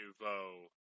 Nouveau